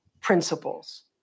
principles